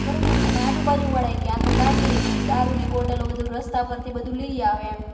બરોબર અને આજુબાજુવાળા એ કે આતો ગાંડી છે બધું દારૂની બોટલો રસ્તા પરથી બધું લઈ આવે એમ